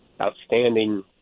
outstanding